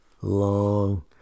long